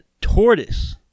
Tortoise